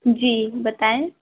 جی بتائیں